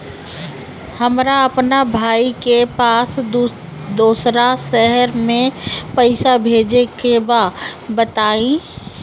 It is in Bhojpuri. हमरा अपना भाई के पास दोसरा शहर में पइसा भेजे के बा बताई?